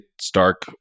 Stark